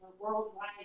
Worldwide